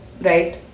right